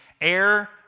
air